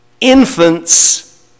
Infants